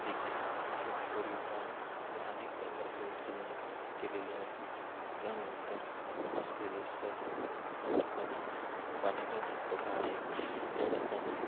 देखील असेच कोरीवकाम व अनेक प्रकारचे उत्खनन केलेले आहे त्यानंतर असलेले सहस्त्रकुंड या ठिकाणी पाण्याचा धबधबा आहे त्या ठिकाणी